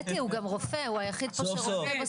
קטי, הוא גם רופא, הוא היחיד כאן שרופא בסוף.